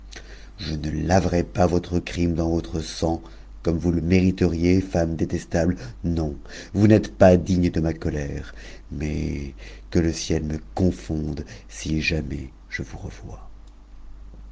je ne laverai pas votre crime dans votre sang comme vous le mériteriez femmes détestâmes non vous n'êtes pas dignes de ma colère mais que le ciel me confonde si jamais je vous revois